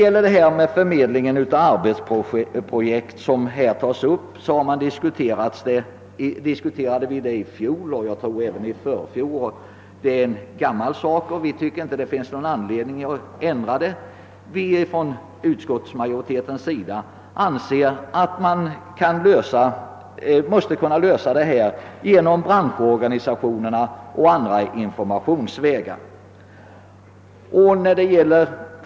Frågan om förmedlingen av arbetsprojekt, som tas upp i utlåtandet, har diskuterats både i fjol och jag tror även i förfjol. Det är en gammal fråga, och vi tycker inom utskottsmajoriteten inte att det finns någon anledning att ändra på nuvarande förhållanden. Vi anser att man måste kunna lösa problemen genom branschorganisationerna och på andra informationsvägar.